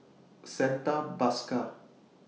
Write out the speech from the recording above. Santha Bhaskar